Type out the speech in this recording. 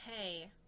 hey